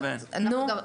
נו?